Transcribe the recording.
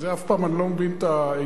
אף פעם אני לא מבין את העניין.